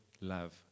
love